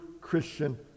Christian